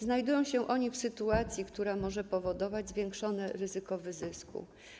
Znajdują się oni w sytuacji, która może powodować zwiększone ryzyko wyzysku.